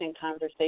conversation